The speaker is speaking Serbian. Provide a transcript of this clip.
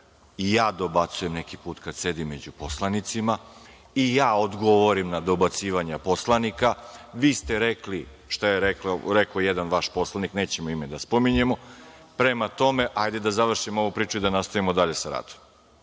i ja dobacujem neki put kada sedim među poslanicima i ja odgovorim na dobacivanja poslanika. Vi ste rekli šta je rekao jedan vaš poslanik, nećemo ime da spominjemo. Prema tome, hajde da završimo ovu priču i da nastavimo dalje sa radom. Evo,